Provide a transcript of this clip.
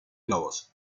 globos